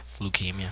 Leukemia